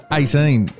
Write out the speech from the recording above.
eighteen